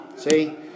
See